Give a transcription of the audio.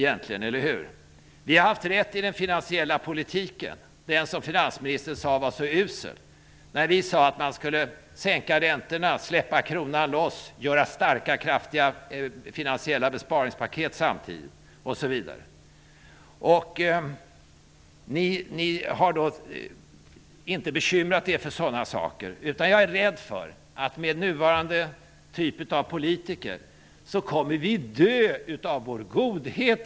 Vi har haft rätt i den finansiella politiken -- den som finansministern sade var så usel när vi föreslog att man skulle sänka räntorna, släppa kronan loss och göra starka finansiella besparingspaket samtidigt osv. Ni har inte bekymrat er för sådana saker. Jag är rädd för att vi i Sverige, med nuvarande typ av politiker, kommer att dö av vår godhet.